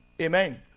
Amen